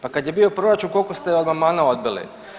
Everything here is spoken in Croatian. Pa kad je bio proračun, koliko ste amandmana odbili?